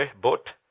boat